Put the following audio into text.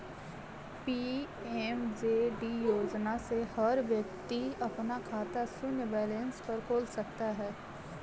PMJD योजना से हर व्यक्ति अपना खाता शून्य बैलेंस पर खोल सकता है